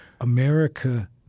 America